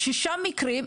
שישה מקרים,